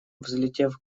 взлетев